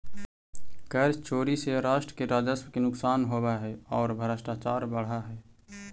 कर चोरी से राष्ट्र के राजस्व के नुकसान होवऽ हई औ भ्रष्टाचार बढ़ऽ हई